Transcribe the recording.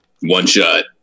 one-shot